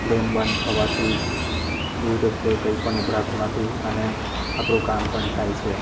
flame બંધ થવાથી દૂધ કે કંઈ પણ ઉભરાતું નથી અને આપણું કામ પણ થાય છે